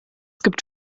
gibt